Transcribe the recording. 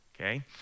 Okay